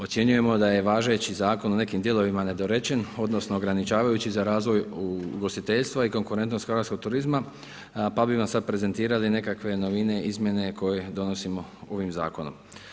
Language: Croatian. Ocjenjujemo da je važeći zakon u nekim dijelovima nedorečen, odnosno ograničavajući za razvoj ugostiteljstva i konkurentnost hrvatskog turizma, pa bih vam sad prezentirali nekakve novine, izmjene koje donosimo ovim Zakonom.